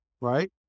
right